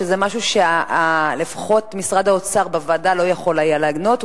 זה משהו שלפחות משרד האוצר לא יכול היה לענות עליו בוועדה.